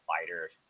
fighter –